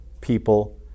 people